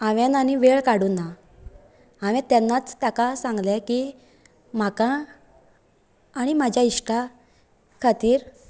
हांवेन आनी वेळ काडूना हांवेन तेन्नाच ताका सांगले की म्हाका आनी म्हाज्या इश्टा खातीर